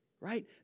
right